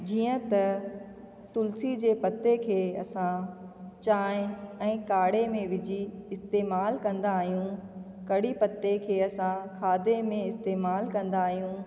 जीअं त तुलसी जे पते खे असां चांहि ऐं काढ़े में विझी इस्तिमालु कंदा आहियूं कढ़ी पते खे असां खाधे में इस्तिमालु कंदा आहियूं